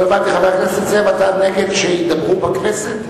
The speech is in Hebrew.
לא הבנתי, חבר הכנסת זאב, אתה נגד שידברו בכנסת?